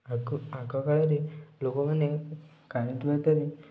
ଆଗକାଳରେ ଲୋକମାନେ କାଳି ଦୁଆତରେ